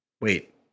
Wait